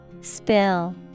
Spill